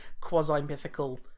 quasi-mythical